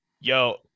yo